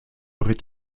aurait